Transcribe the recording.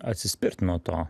atsispirt nuo to